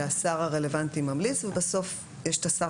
שהשר הרלוונטי ממליץ ובסוף יש את השר